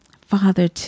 Father